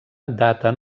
daten